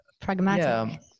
pragmatic